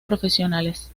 profesionales